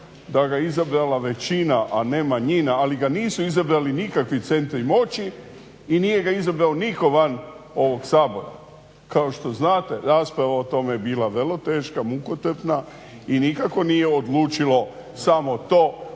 da ga je izabrala većina, a ne manjina ali ga nisu izabrali nikakvi centri moći i nije ga izabrao nitko van ovog Sabora. Kao što znate, rasprava o tome je bila vrlo teška, mukotrpna i nikako nije odlučilo samo to